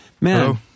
Man